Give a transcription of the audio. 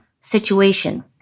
situation